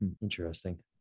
Interesting